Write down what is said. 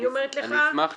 אני אשמח